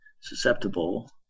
susceptible